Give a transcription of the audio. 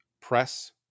press